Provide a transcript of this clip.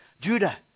Judah